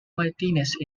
martinez